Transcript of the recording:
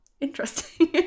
interesting